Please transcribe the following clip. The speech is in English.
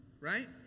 Right